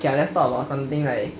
okay lah let's talk about something like